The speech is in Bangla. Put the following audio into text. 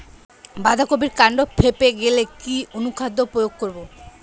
বাঁধা কপির কান্ড ফেঁপে গেলে কি অনুখাদ্য প্রয়োগ করব?